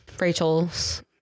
rachel's